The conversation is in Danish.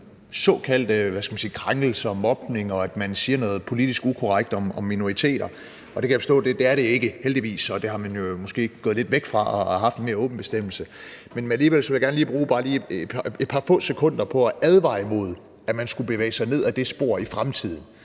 såkaldte krænkelser, mobning, og at man siger noget politisk ukorrekt om minoriteter? Det kan jeg forstå at det heldigvis ikke er – man er måske gået lidt væk fra det og har lavet et mere åbent forslag. Alligevel vil jeg gerne lige bruge bare et par sekunder på at advare imod, at man skulle bevæge sig ned ad det spor i fremtiden,